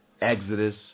Exodus